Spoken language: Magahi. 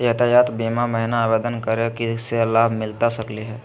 यातायात बीमा महिना आवेदन करै स की लाभ मिलता सकली हे?